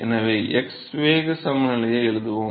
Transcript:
எனவே x வேக சமநிலையை எழுதுவோம்